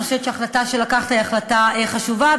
אני חושבת שההחלטה שלקחת היא החלטה חשובה,